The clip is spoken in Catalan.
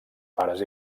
pares